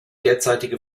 derzeitige